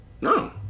No